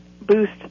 boost